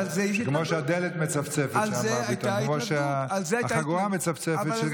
כמו שהדלת מצפצפת שם פתאום, כמו שהחגורה מצפצפת.